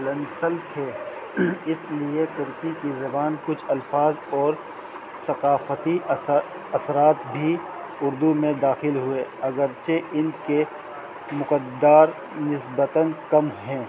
لنسل تھے اس لیے ترکی کی زبان کچھ الفاظ اور ثقافتی اثرات بھی اردو میں داخل ہوئے اگرچہ ان کے مقدار نسبتً کم ہیں